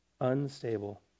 unstable